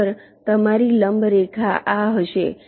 આના પર તમારી લંબ રેખા આ હશે